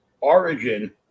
origin